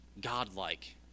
God-like